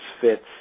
fits